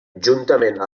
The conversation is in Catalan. juntament